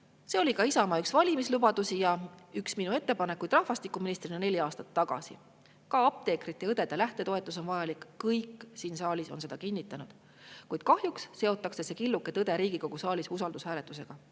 See oli ka Isamaa valimislubadus ja üks minu ettepanekuid rahvastikuministrina neli aastat tagasi. Ka apteekrite ja õdede lähtetoetus on vajalik, kõik siin saalis on seda kinnitanud. Kuid kahjuks seotakse see killuke tõtt Riigikogu saalis usaldushääletusega.